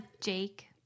Jake